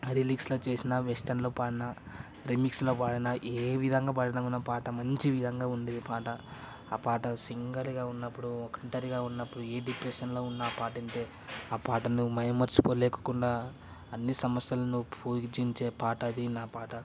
లిరిక్స్లో చేసిన వెస్టన్లో పాడిన రీమిక్స్లో పాడిన ఏ విధంగా పాడిన మన పాట మంచి విధంగా ఉండే పాట ఆ పాట సింగిల్గా ఉన్నప్పుడు ఒంటరిగా ఉన్నప్పుడు ఏ డిప్రెషన్లో ఉన్న ఆ పాత వింటే ఆ పాటను మైమరచిపోలేకకుండా అన్ని సమస్యలను పూజించే పాట అది నా పాట